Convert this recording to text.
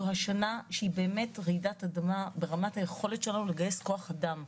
זו שנה שהיא באמת רעידת אדמה ברמת היכולת שלנו לגייס כוח אדם.